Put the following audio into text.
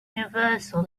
universal